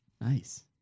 Nice